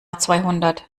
zweihundert